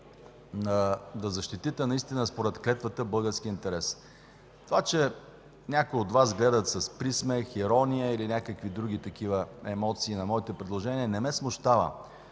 да защитите наистина според клетвата българския интерес. Това, че някои от Вас гледат с присмех, с ирония или с някакви други такива емоции на моите предложения, не ме смущава,